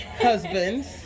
husbands